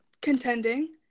contending